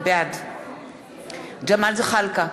בעד ג'מאל זחאלקה,